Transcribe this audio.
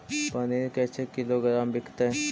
पनिर कैसे किलोग्राम विकतै?